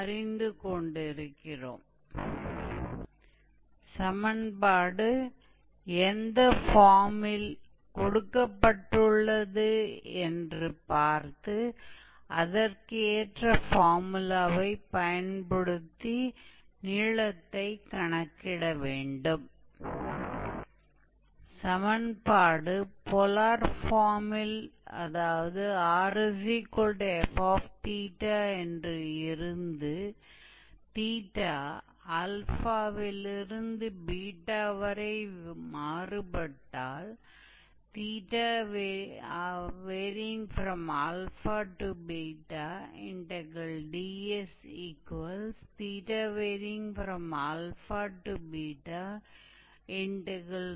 अगर यह 𝑦𝑓𝑥 है तो हम फॉर्मूला 1 का उपयोग करते हैं अगर यह 𝑥 𝑦 𝑓 है तो हम फॉर्मूला 2 का उपयोग करते हैं और यदि यह 𝑥 𝜑 𝑡 और 𝑦 𝜓 𝑡 है तो हम इस फॉर्मूला का उपयोग करेंगे और यदि हमारे पास 𝑟𝑓𝜃 है इसका मतलब है अगर हमारे पास कुछ पोलर कॉओर्डिनेट एक्सप्रेशन है तो उस स्थिति में हम अंतिम फोर्मूले का उपयोग करेंगे